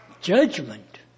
judgment